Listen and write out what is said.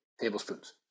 tablespoons